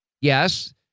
Yes